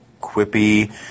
quippy